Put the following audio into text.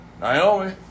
Naomi